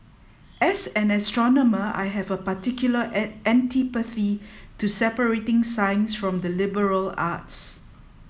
as an astronomer I have a particular an antipathy to separating science from the liberal arts